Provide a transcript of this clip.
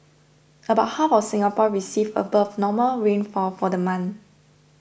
about half of Singapore received above normal rainfall for the month